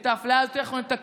את האפליה הזאת אנחנו נתקן.